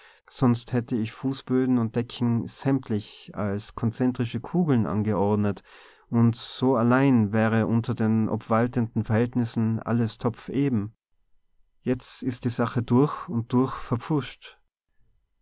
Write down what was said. sonst hätte ich fußböden und decken sämtlich als konzentrische kugeln angeordnet und so allein wäre unter den obwaltenden verhältnissen alles topfeben jetzt ist die sache durch und durch verpfuscht